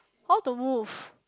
how to move